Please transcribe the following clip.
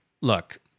look